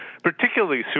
particularly